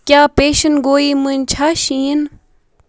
کیٛاہ پیشَن گویی منٛز چھا شیٖن